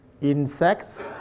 insects